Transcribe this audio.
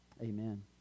Amen